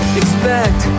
expect